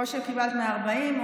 או שקיבלת מה-40%,